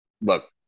Look